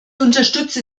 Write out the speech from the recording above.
unterstütze